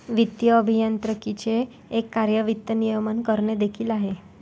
वित्तीय अभियांत्रिकीचे एक कार्य वित्त नियमन करणे देखील आहे